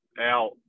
out